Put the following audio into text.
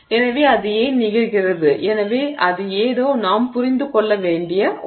எனவே அது ஏன் நிகழ்கிறது எனவே அது ஏதோ நாம் புரிந்து கொள்ள வேண்டிய ஒன்று